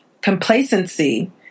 complacency